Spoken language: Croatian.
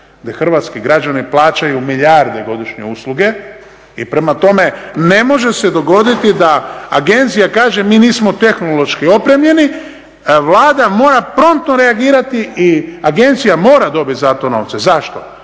hrvatski građani plaćaju milijarde godišnje usluge i prema tome ne može se dogoditi da agencija kaže mi nismo tehnološki opremljeni, Vlada mora promptno reagirati i agencija mora dobiti za to novce. Zašto?